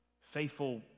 Faithful